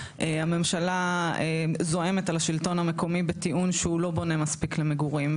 הממשלה זועמת על השלטון המקומי בטיעון שהוא לא בונה מספיק למגורים.